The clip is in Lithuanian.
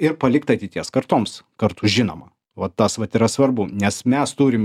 ir palikt ateities kartoms kartu žinoma va tas vat yra svarbu nes mes turim